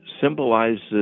symbolizes